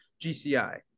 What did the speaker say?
GCI